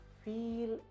feel